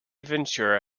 ventura